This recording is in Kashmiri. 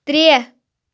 ترٛےٚ